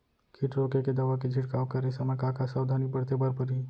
किट रोके के दवा के छिड़काव करे समय, का का सावधानी बरते बर परही?